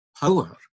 power